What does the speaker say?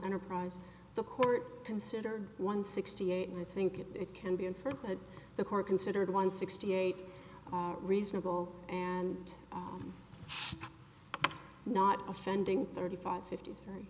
enterprise the court considered one sixty eight and i think it can be inferred that the court considered one sixty eight reasonable and not offending thirty five fifty three